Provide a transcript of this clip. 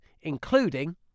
including